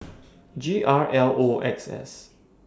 G R L X S